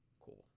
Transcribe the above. Cool